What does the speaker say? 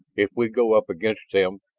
if we go up against them,